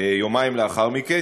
יומיים לאחר מכן,